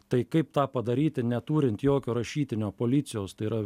tai kaip tą padaryti neturint jokio rašytinio policijos tai yra